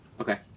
okay